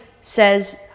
says